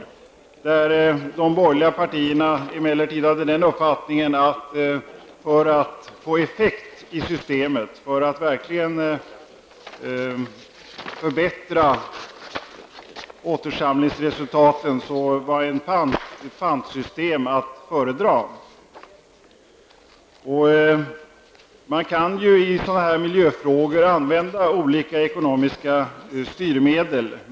I den frågan hade de borgerliga partierna emellertid den uppfattningen att ett pantsystem var att föredra för att få effekt i systemet och verkligen förbättra återsamlingsresultaten. Man kan i miljöfrågor använda olika ekonomiska styrmedel.